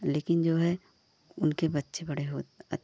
लेकिन जो है उनके बच्चे बड़े हो अच्